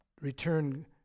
return